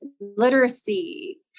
literacy